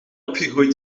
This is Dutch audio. opgegroeid